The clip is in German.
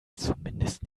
zumindest